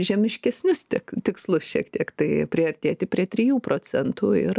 žemiškesnius tik tikslus šiek tiek tai priartėti prie trijų procentų ir